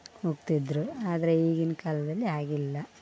ಹೋಗ್ತಿದ್ರು ಆದರೆ ಈಗಿನ ಕಾಲದಲ್ಲಿ ಹಾಗಿಲ್ಲ